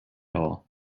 all